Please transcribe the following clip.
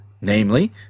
namely